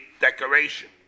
decoration